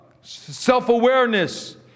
Self-awareness